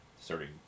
starting